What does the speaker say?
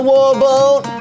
Warboat